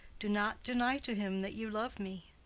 do not deny to him that you love me.